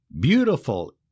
beautiful